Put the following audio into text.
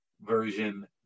version